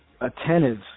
attentive